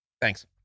Thanks